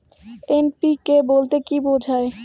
NPK বলতে কী বোঝায়?